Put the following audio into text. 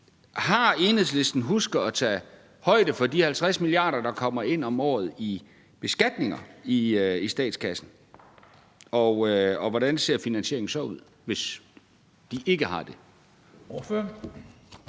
Har Enhedslisten husket at tage højde for de 50 mia. kr., der kommer ind om året i statskassen i form af beskatninger? Og hvordan ser finansieringen så ud, hvis vi ikke har dem?